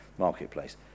marketplace